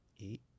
eight